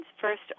first